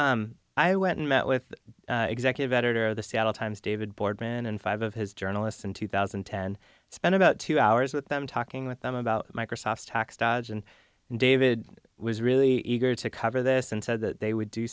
so i went and met with executive editor of the seattle times david boardman and five of his journalists in two thousand and ten spent about two hours with them talking with them about microsoft's tax dodge and david was really eager to cover this and said that they would do